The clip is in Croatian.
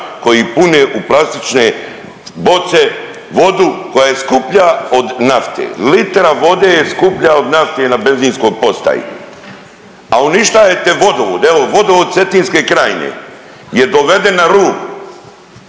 koji pune u plastične boce vodu koja je skuplja od nafte, litra vode je skuplja od nafte na benzinskoj postaji, a uništajete vodovod. Evo vodovod Cetinske krajine je doveden na rub